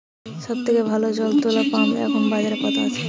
সব থেকে ভালো জল তোলা পাম্প এখন বাজারে কত আছে?